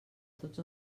tots